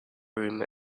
room